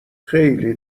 خیلی